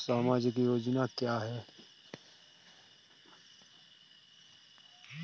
सामाजिक योजना क्या है?